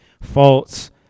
Faults